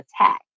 attack